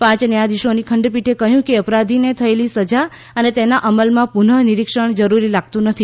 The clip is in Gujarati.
પાંચ ન્યાયાધીશોની ખંડપીઠે કહ્યું કે અપરાધીને થયેલી સજા અને તેના અમલમાં પુનર્નીરીક્ષણ જરૂરી લાગતું નથી